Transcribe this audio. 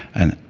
and, ah!